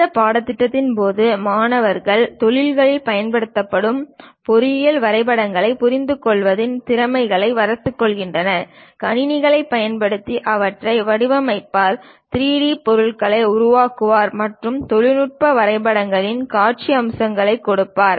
இந்த பாடத்திட்டத்தின் போது மாணவர் தொழில்களில் பயன்படுத்தப்படும் பொறியியல் வரைபடங்களைப் புரிந்துகொள்வதில் திறன்களை வளர்த்துக் கொள்வார் கணினிகளைப் பயன்படுத்தி அவற்றை வடிவமைப்பார் 3 டி பொருள்களை உருவாக்குவார் மற்றும் தொழில்நுட்ப வரைபடங்களின் காட்சி அம்சங்களைக் கொண்டிருப்பார்